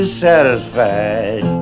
satisfied